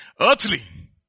Earthly